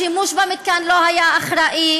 שהשימוש במתקן לא היה אחראי,